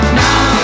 now